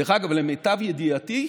דרך אגב, למיטב ידיעתי,